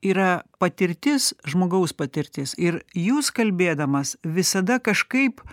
yra patirtis žmogaus patirtis ir jūs kalbėdamas visada kažkaip